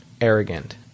arrogant